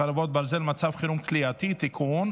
חרבות ברזל) (מצב חירום כליאתי) (תיקון),